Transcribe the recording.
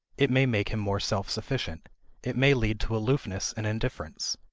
it may make him more self-sufficient it may lead to aloofness and indifference.